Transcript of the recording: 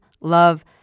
love